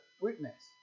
witness